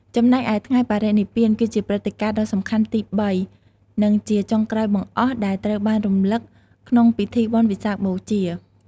ចំណែកឯថ្ងៃបរិនិព្វាន ក៏ជាព្រឹត្តិការណ៍ដ៏សំខាន់ទីបី និងជាចុងក្រោយបង្អស់ដែលត្រូវបានរំលឹកក្នុងពិធីបុណ្យវិសាខបូជា។